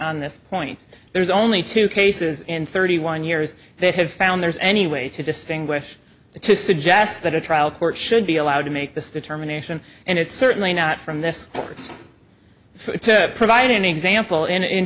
on this point there's only two cases in thirty one years that have found there's any way to distinguish to suggest that a trial court should be allowed to make this determination and it's certainly not from this to provide an example in in